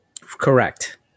Correct